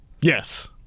Yes